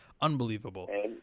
Unbelievable